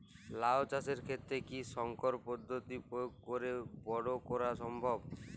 লাও চাষের ক্ষেত্রে কি সংকর পদ্ধতি প্রয়োগ করে বরো করা সম্ভব?